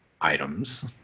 items